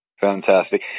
Fantastic